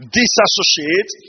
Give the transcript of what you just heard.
disassociate